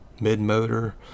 mid-motor